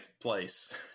place